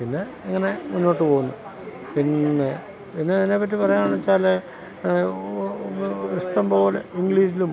പിന്നെ അങ്ങനെ മുന്നോട്ട് പോകുന്നു പിന്നെ പിന്നെ അതിനെപ്പറ്റി പറയാമെന്ന് വച്ചാൽ ഇഷ്ടം പോലെ ഇംഗ്ലീഷിലും